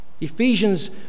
Ephesians